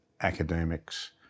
academics